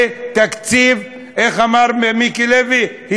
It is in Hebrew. זה תקציב איך אמר מיקי לוי,